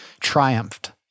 triumphed